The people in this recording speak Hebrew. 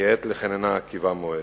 כי עת לחננה כי בא מועד".